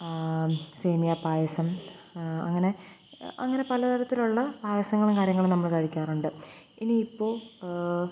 സേമിയാപ്പായസം അങ്ങനെ അങ്ങനെ പലതരത്തിലുള്ള പായസങ്ങളും കാര്യങ്ങളും നമ്മള് കഴിക്കാറുണ്ട് ഇനിയിപ്പോള്